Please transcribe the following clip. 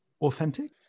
authentic